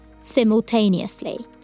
simultaneously